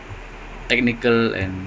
shekelmers smooth